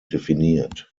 definiert